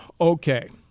Okay